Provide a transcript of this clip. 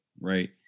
right